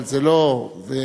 אבל זה לא ציניות,